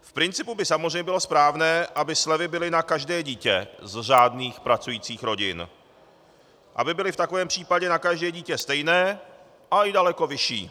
V principu by samozřejmě bylo správné, aby slevy byly na každé dítě z řádných pracujících rodin, aby byly v takovém případě na každé dítě stejné, ale i daleko vyšší.